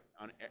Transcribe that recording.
on